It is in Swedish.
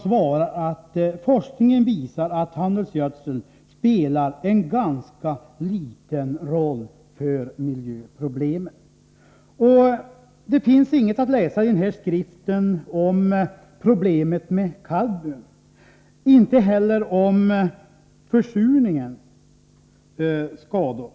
Svaret är: Forskningen visar att handelsgödsel spelar en ganska liten roll för miljöproblemen. Det finns inget att läsa i skriften om problemet med kadmium, inte heller om försurningsskador.